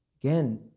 Again